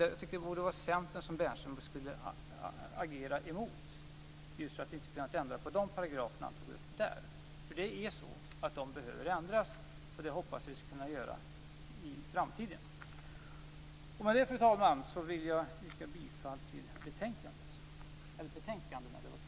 Jag tycker att det borde vara Centern som Bernström skulle agera emot. Vi har inte kunnat ändra på de paragrafer som han tog upp. Men de behöver ändras. Det hoppas jag att vi skall kunna göra i framtiden. Med det, fru talman, vill jag yrka bifall till hemställan i de båda betänkandena.